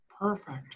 Perfect